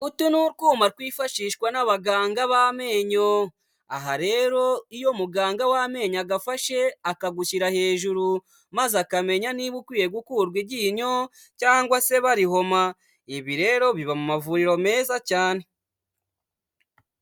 Uto ni utwuma twifashishwa n'abaganga b'amenyo, aha rero iyo muganga w'amenyo agafashe akagushyira hejuru maze akamenya niba ukwiye gukurwa iryinyo cyangwa se barihoma, ibi rero biba mu mavuriro meza cyane.